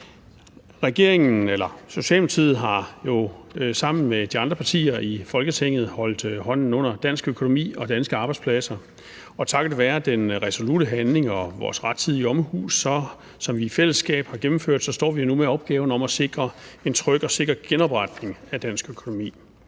Socialdemokratiet har jo sammen med de andre partier i Folketinget holdt hånden under dansk økonomi og danske arbejdspladser, og takket være den resolutte handling og vores rettidige omhu, som vi i fællesskab har gennemført, står vi nu med opgaven om at sikre en tryg og sikker genopretning af dansk økonomi.